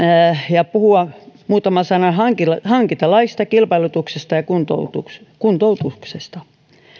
ja puhua muutaman sanan hankintalaista hankintalaista kilpailutuksesta ja kuntoutuksesta kuntoutuksesta